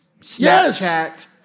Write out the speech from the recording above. Snapchat